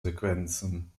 sequenzen